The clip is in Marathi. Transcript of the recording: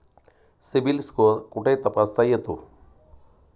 सिबिल स्कोअर कुठे तपासता येतो?